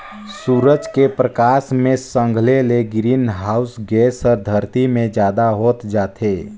सूरज के परकास मे संघले ले ग्रीन हाऊस गेस हर धरती मे जादा होत जाथे